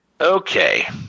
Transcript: Okay